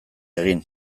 egin